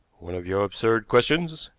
one of your absurd questions,